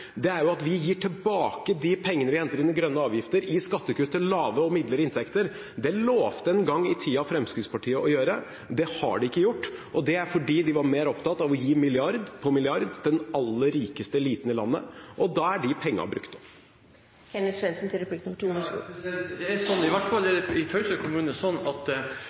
at vi gir tilbake de pengene vi henter inn i grønne avgifter, i skattekutt til lave og middels inntekter. Det lovte en gang i tiden Fremskrittspartiet å gjøre, men det har de ikke gjort, og det er fordi de var mer opptatt av å gi milliard på milliard til den aller rikeste eliten i landet, og da er de pengene brukt opp. Det er sånn – i hvert fall i Fauske kommune – at kommunen ikke driver med transport, så det hjelper ikke å gi kommunen penger, for det